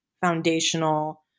foundational